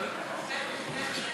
בשמאל-ימין,